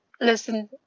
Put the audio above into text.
listen